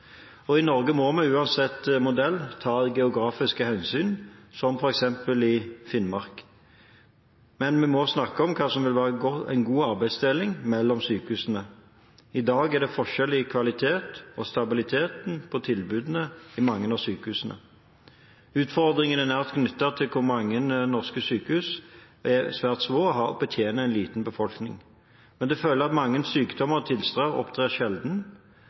og trygt tilbud til pasientene. I Norge må vi – uansett modell – ta geografiske hensyn, som f.eks. i Finnmark. Men vi må snakke om hva som vil være god arbeidsdeling mellom sykehusene. I dag er det forskjeller i kvalitet og stabilitet på tilbudene ved mange sykehus. Utfordringene er nært knyttet til at mange norske sykehus er svært små, og betjener en liten befolkning. Med det følger at mange sykdommer og tilstander opptrer sjelden,